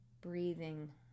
Breathing